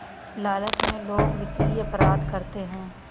लालच में लोग वित्तीय अपराध करते हैं